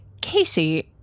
Casey